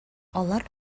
алар